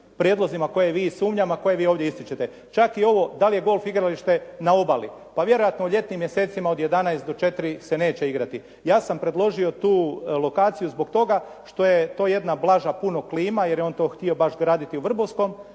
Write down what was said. koje vi ovdje ističete. Čak i ovo da li je golf igralište na obali. Pa vjerojatno u ljetnim mjesecima od 11 do 4 se neće igrati. Ja sam predložio tu lokaciju zbog toga što je to jedna blaža puno klima jer je on to htio baš graditi u Vrbovskom